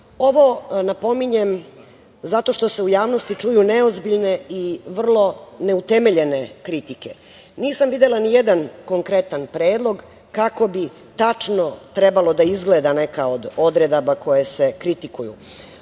napominjem zato što se u javnosti čuju neozbiljne i vrlo neutemeljene kritike. Nisam videla ni jedan konkretan predlog kako bi tačno trebalo da izgleda neka od odredaba koje se kritikuju. Ovde